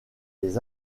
des